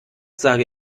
sage